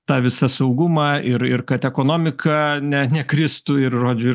tą visą saugumą ir ir kad ekonomika ne nekristų ir žodžiu